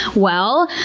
well,